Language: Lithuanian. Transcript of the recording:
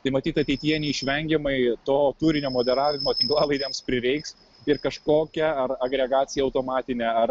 tai matyt ateityje neišvengiamai to turinio moderavimo tinklalaidėms prireiks ir kažkokią ar agregaciją automatinę ar